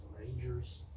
Rangers